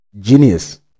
genius